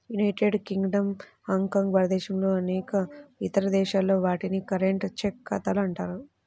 United Kingdom, Hong Kong, భారతదేశం అనేక ఇతర దేశాల్లో, వాటిని కరెంట్, చెక్ ఖాతాలు అంటారు